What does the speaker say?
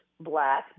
black